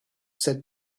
said